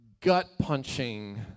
gut-punching